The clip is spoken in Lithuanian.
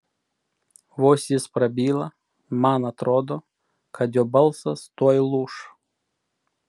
vos jis prabyla man atrodo kad jo balsas tuoj lūš